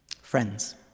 Friends